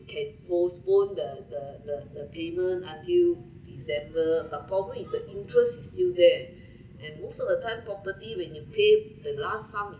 can postpone the the the the payment until december but problem is the interest is still there and most of the time property when you pay the last sum is